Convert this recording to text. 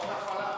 הוראות הפעלה.